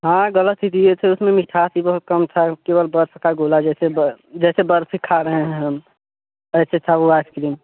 हाँ गलत ही दिए थे उसमें मिठास ही बहुत कम था केवल बर्फ का गोला जैसे ब जैसे बर्फ ही खा रहे हैं हम ऐसे था वो आइसक्रीम